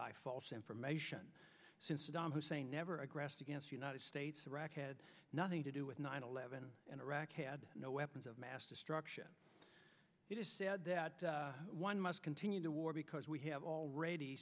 by false information since saddam hussein never aggressed against united states iraq had nothing to do with nine eleven and iraq had no weapons of mass destruction it is said that one must continue the war because we have already